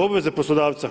Obveza poslodavca,